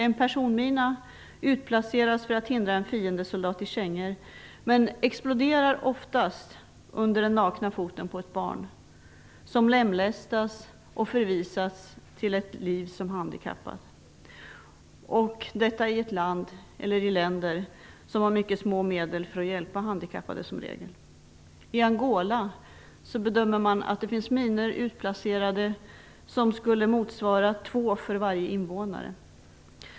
En personmina utplaceras för att hindra en fiendesoldat i kängor, men exploderar oftast under den nakna foten på ett barn som lemlästas och förvisas till ett liv som handikappad. Detta sker ofta i länder som har mycket små medel att hjälpa handikappade. I Angola bedömer man det antal minor som finns utplacerade till två per invånare.